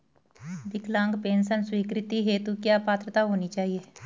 विकलांग पेंशन स्वीकृति हेतु क्या पात्रता होनी चाहिये?